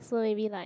so maybe like